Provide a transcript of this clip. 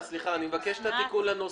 מבקש את התיקון לנוסח.